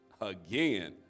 again